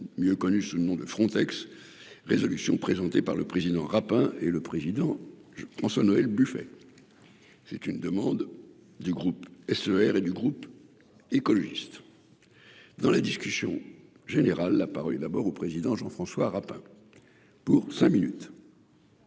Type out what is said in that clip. mieux connu sous le nom de Frontex résolution présentée par le président Rapin hein et le président François-Noël Buffet. C'est une demande du groupe S E R et du groupe écologiste. Dans la discussion générale la parole d'abord au président Jean-François Rapin. Pour cinq minutes.